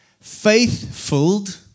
faith-filled